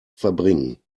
verbringen